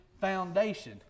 foundation